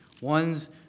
ones